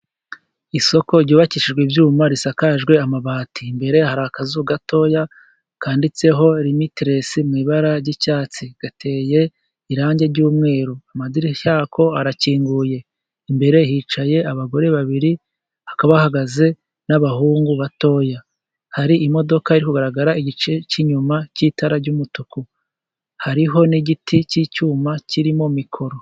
Isoko ryubakishijwe ibyuma risakajwe amabati. Imbere hari akazu gatoya kanditseho limitilesi mu ibara ry'icyatsi, gateye irangi ry'umweru amadirishya yako arakinguye, imbere hicaye abagore babiri, hakaba hahagaze n'abahungu batoya. Hari imodoka iri kugaragara igice cy'inyuma cy'itara ry'umutuku. hariho n'igiti cy'icyuma kirimo mikoro.